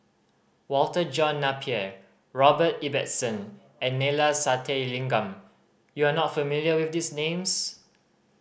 Walter John Napier Robert Ibbetson and Neila Sathyalingam you are not familiar with these names